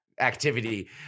activity